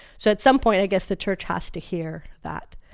so at some point, i guess, the church has to hear that